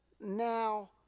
now